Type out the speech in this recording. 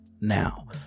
now